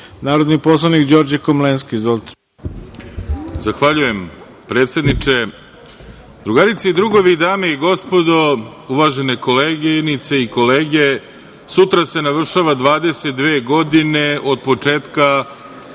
narodni poslanik Đorđe Komlenski. Izvolite.